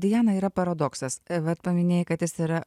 diana yra paradoksas vat paminėjai kad jis yra